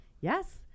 Yes